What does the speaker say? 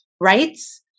Rights